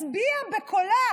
הצביעה בקולה